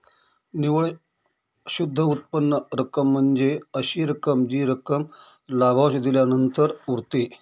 निव्वळ शुद्ध उत्पन्न रक्कम म्हणजे अशी रक्कम जी रक्कम लाभांश दिल्यानंतर उरते